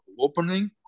opening